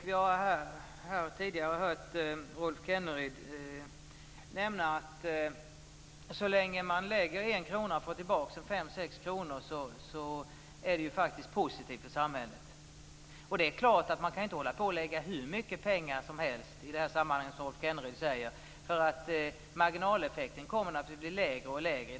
Vi har här tidigare hört Rolf Kenneryd nämna att så länge man lägger 1 kr och får tillbaka 5-6 kr är det positivt för samhället. Man kan i det här sammanhanget inte lägga ut hur mycket pengar som helst, som Rolf Kenneryd säger. Marginaleffekten kommer naturligtvis att bli allt lägre.